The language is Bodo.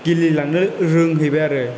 गेलेलांनो रोंहैबाय आरो